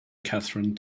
catherine